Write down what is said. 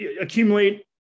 accumulate